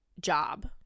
job